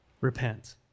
Repent